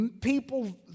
people